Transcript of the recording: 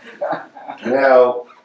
Now